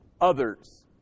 others